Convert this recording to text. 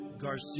Garcia